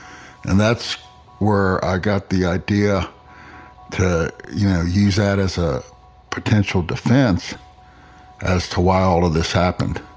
and that's where i got the idea to, you know, use that as a potential defense as to why all of this happened